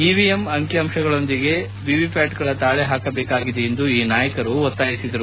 EVM ಅಂಕಿಅಂಶಗಳೊಂದಿಗೆ ವಿವಿಪ್ಯಾಟ್ಗಳ ತಾಳೆ ಹಾಕಬೇಕಾಗಿದೆ ಎಂದು ಈ ನಾಯಕರು ಒತ್ತಾಯಿಸಿದರು